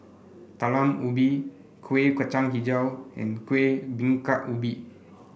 Talam Ubi Kuih Kacang hijau and Kuih Bingka Ubi